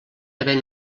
haver